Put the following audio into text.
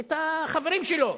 את החברים שלו.